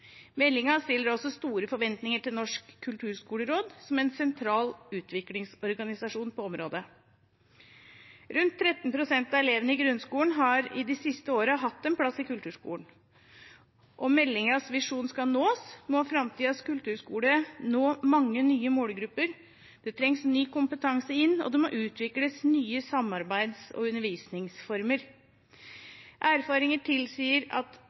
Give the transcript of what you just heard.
stiller også store forventninger til Norsk kulturskoleråd, som en sentral utviklingsorganisasjon på området. Rundt 13 pst. av elevene i grunnskolen har de siste årene hatt en plass i kulturskolen. Om meldingens visjon skal nås, må framtidens kulturskole nå mange nye målgrupper. Det trengs ny kompetanse inn, og det må utvikles nye samarbeids- og undervisningsformer. Erfaring tilsier at